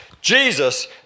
Jesus